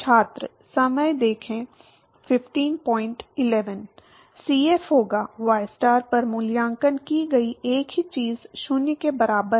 Cf होगा ystar पर मूल्यांकन की गई एक ही चीज़ 0 के बराबर है